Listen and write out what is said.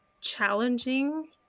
challenging